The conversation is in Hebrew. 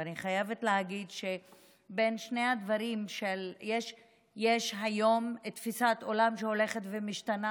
אני חייבת להגיד שבשני הדברים יש היום תפיסת עולם שהולכת ומשתנה,